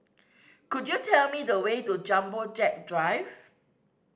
could you tell me the way to Jumbo Jet Drive